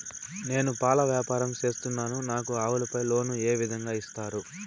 నేను పాల వ్యాపారం సేస్తున్నాను, నాకు ఆవులపై లోను ఏ విధంగా ఇస్తారు